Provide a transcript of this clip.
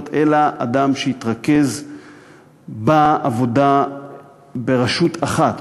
אלא שיהיה אדם שיתרכז בעבודה ברשות אחת,